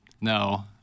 no